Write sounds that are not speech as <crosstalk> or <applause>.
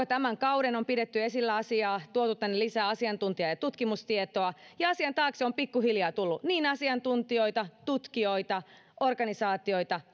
<unintelligible> tämän kauden on pidetty esillä asiaa ja tuotu tänne lisää asiantuntija ja tutkimustietoa ja asian taakse on pikkuhiljaa tullut niin asiantuntijoita tutkijoita organisaatioita <unintelligible>